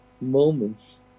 moments